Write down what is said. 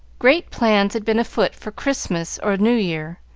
great plans had been afoot for christmas or new year,